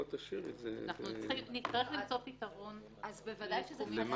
נצטרך למצוא פתרון --- למה?